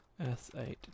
S8